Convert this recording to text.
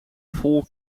vol